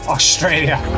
Australia